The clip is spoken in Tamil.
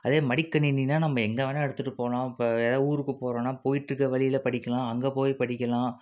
அதே மடிக்கணினால் நம்ம எங்கே வேணால் எடுத்துகிட்டு போகலாம் இப்போ எதாவது ஊருக்கு போகிறோன்னா போய்கிட்ருக்குற வழியில படிக்கலாம் அங்கே போய் படிக்கலாம்